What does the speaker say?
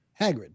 Hagrid